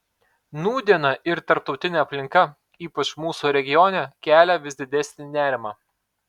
nūdiena ir tarptautinė aplinka ypač mūsų regione kelia vis didesnį nerimą